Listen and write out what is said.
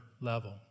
level